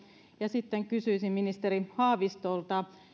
sitten kysyisin ministeri haavistolta